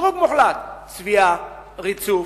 צביעה, ריצוף,